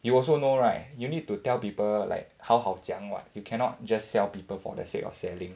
you also know right you need to tell people like 好好讲 [what] you cannot just sell people for the sake of selling